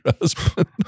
husband